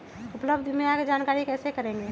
उपलब्ध बीमा के जानकारी कैसे करेगे?